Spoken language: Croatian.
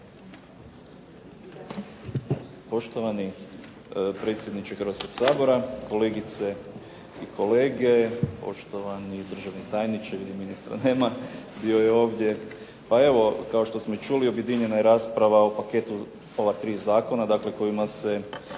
Poštovani predsjedniče Hrvatskog sabora, kolegice i kolege, poštovani državni tajniče, vidim ministra nema, bio je ovdje. Pa evo, kao što smo i čuli objedinjena je rasprava o paketu ova 3 zakona, dakle kojima se